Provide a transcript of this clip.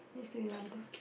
please say louder